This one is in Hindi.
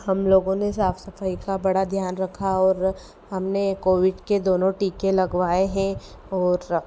हमलोगों ने साफ़ सफ़ाई का बड़ा ध्यान रखा और हमने कोविड के दोनों टीके लगवाए हैं और